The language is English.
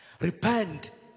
Repent